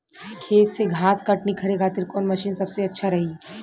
खेत से घास कटनी करे खातिर कौन मशीन सबसे अच्छा रही?